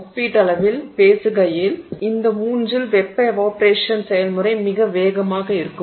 ஒப்பீட்டளவில் பேசுகையில் இந்த மூன்றில் வெப்ப எவாப்பொரேஷன் செயல்முறை மிக வேகமாக இருக்கும்